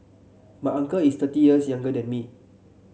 my uncle is thirty years younger than me